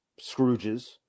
Scrooges